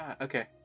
Okay